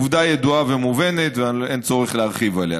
זו עובדה ידועה ומובנת, ואין צורך להרחיב עליה.